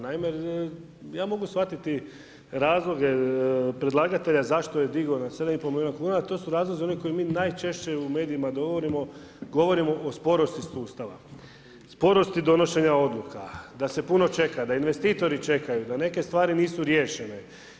Naime, ja mogu shvatiti razloge predlagatelja zašto je digao na 7 i pol milijuna kuna, a to su razlozi koje mi najčešće u medijima govorimo, govorimo o sporosti sustava, sporosti donošenja odluka, da se puno čeka, da investitori čekaju, da neke stvari nisu riješene.